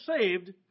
saved